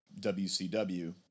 WCW